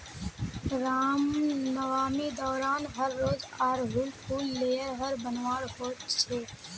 रामनवामी दौरान हर रोज़ आर हुल फूल लेयर हर बनवार होच छे